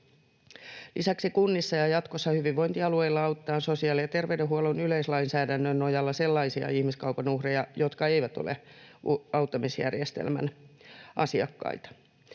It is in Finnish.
Lisäksi kunnissa ja jatkossa hyvinvointialueilla autetaan sosiaali- ja terveydenhuollon yleislainsäädännön nojalla sellaisia ihmiskaupan uhreja, jotka eivät ole auttamisjärjestelmän asiakkaita.